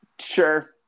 Sure